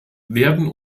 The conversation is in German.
werden